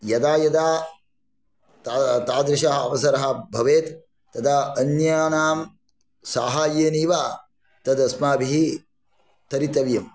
यदा यदा तादृशः अवसरः भवेत् तदा अन्यानां सहाय्येनैव तदस्माभिः तरितव्यम्